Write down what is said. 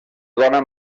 dona